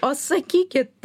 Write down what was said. o sakykit